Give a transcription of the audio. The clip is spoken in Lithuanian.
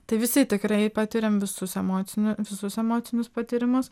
tai visi tikrai patiriam visus emocinių visus emocinius patyrimus